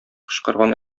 кычкырган